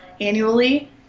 annually